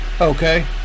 Okay